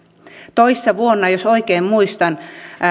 toissa vuonna jos oikein muistan